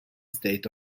state